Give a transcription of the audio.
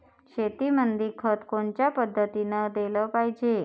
शेतीमंदी खत कोनच्या पद्धतीने देलं पाहिजे?